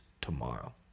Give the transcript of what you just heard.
tomorrow